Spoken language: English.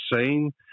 seen